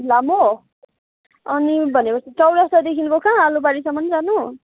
लामो अनि भनेपछि चौरस्तादेखिको कहाँ आलुबारीसम्म जानु